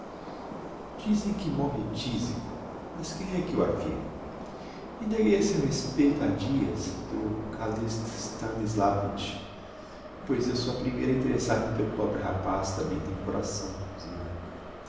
dizem que morre tisico mas quem é que o affirma indaguei a seu respeito ha dias do kalist stanislavitch pois sou a primeira a interessar me pelo pobre rapaz tambem tenho coração zina